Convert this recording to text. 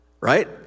right